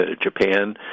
japan